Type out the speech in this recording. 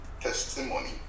testimony